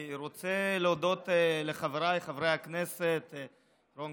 אני רוצה להודות לחבריי חברי הכנסת רון